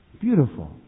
Beautiful